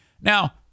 Now